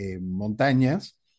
montañas